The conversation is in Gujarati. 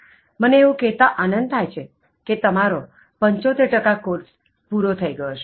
મને એવું કહેતા આનંદ થાય છે કે તમારો 75 કોર્સ પૂરો થઈ ગયો છે